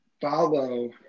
follow